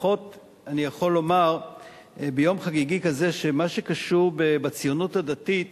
לפחות אני יכול לומר ביום חגיגי כזה שבמה שקשור בציונות הדתית